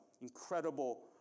incredible